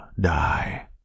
die